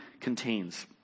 contains